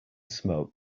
smoke